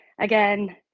again